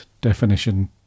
definition